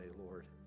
Lord